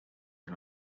are